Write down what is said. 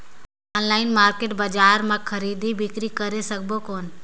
Online market बजार मां खरीदी बीकरी करे सकबो कौन?